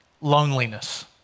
loneliness